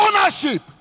ownership